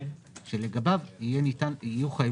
כן, בטח.